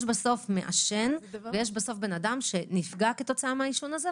יש בסוף מעשן ויש בסוף אדם שנפגע כתוצאה מהעישון הזה.